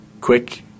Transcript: quick